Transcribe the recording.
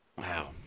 Wow